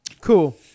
Cool